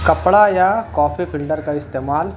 کپڑا یا coffee filter کا استعمال